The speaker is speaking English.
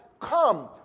Come